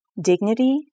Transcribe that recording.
dignity